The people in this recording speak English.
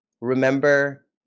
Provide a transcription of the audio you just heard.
remember